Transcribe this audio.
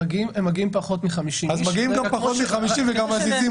הם מגיעים פחות מ-50 איש וגם מזיזים